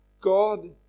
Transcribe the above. God